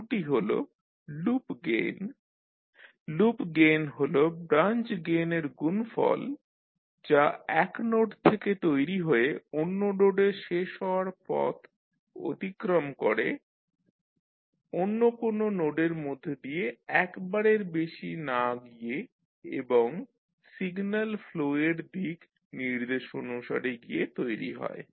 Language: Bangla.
প্রথমটি হল লুপ গেইন লুপ গেইন হল ব্রাঞ্চ গেইনের গুণফল যা এক নোড থেকে তৈরি হয়ে অন্য নোডে শেষ হওয়া পথ অতিক্রম করে অন্য কোন নোডের মধ্যে দিয়ে একবারের বেশি না গিয়ে এবং সিগন্যাল ফ্লোয়ের দিক নির্দেশ অনুসারে গিয়ে তৈরী হয়